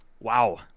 Wow